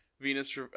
Venus